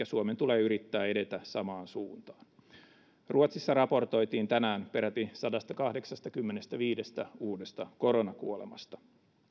suomen tule yrittää edetä samaan suuntaan ruotsissa raportoitiin tänään peräti sadastakahdeksastakymmenestäviidestä uudesta koronakuolemasta